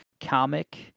comic